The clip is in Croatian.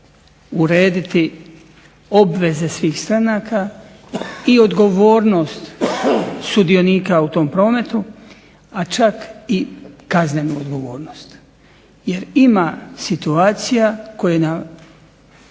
urediti obveze svih stranaka, i odgovornost sudionika u tom prometu, a čak i kaznenu odgovornost, jer ima situacija koje